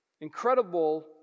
incredible